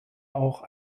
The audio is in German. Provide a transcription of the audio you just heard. auch